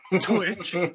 Twitch